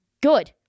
good